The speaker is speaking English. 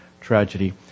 tragedy